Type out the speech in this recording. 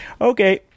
Okay